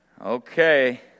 okay